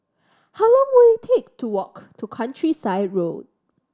how long will it take to walk to Countryside Road